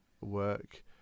work